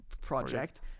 project